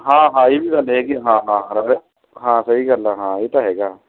ਹਾਂ ਹਾਂ ਇਹ ਵੀ ਗੱਲ ਹੈਗੀ ਹਾਂ ਹਾਂ ਹਾਂ ਸਹੀ ਗੱਲ ਆ ਹਾਂ ਇਹ ਤਾਂ ਹੈਗਾ